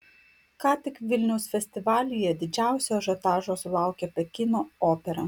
ką tik vilniaus festivalyje didžiausio ažiotažo sulaukė pekino opera